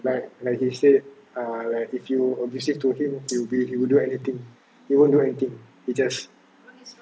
like like he said err if you abusive to him be it he would do anything he won't do anything he just